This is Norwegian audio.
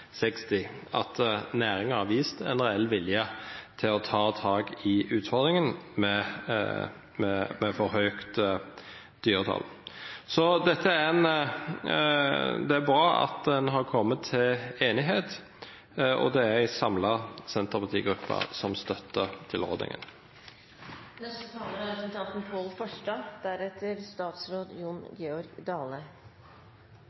60, og at næringa har vist ein reell vilje til å ta tak i utfordringa med for høge reintal. Så det er bra at ein har kome til einigheit, og det er ei samla senterpartigruppe som støttar